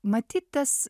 matyt tas